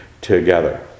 together